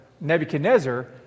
Nebuchadnezzar